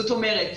זאת אומרת,